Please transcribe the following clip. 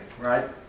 right